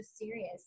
serious